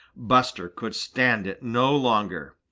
buster could stand it no longer.